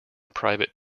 private